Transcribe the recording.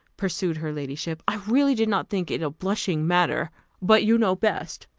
pursued her ladyship i really did not think it a blushing matter but you know best.